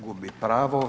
Gubi pravo.